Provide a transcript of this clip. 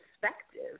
perspective